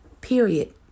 period